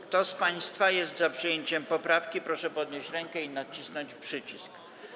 Kto z państwa jest za przyjęciem poprawki, proszę podnieść rękę i nacisnąć przycisk.